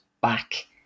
back